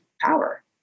power